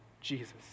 Jesus